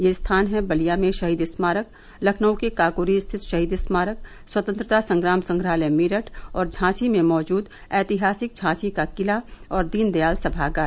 यह स्थान है बलिया में शहीद स्मारक लखनऊ के काकोरी रिथित शहीद स्मारक स्वतंत्रता संग्राम संग्रहालय मेरठ और झांसी में मौजूद ऐतिहासिक झांसी का किला और दीनदयाल सभागार